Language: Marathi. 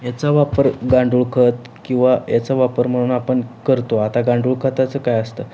याचा वापर गांडूळ खत किंवा याचा वापर म्हणून आपण करतो आता गांडूळ खताचं काय असतं